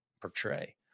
portray